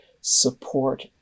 support